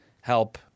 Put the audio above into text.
help